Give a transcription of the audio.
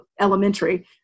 elementary